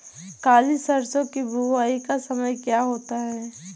काली सरसो की बुवाई का समय क्या होता है?